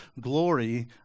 glory